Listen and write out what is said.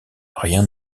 rien